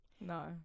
No